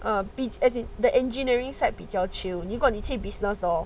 ah the engineering said 比较 chill 如果你过你去 business law